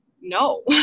no